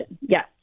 Yes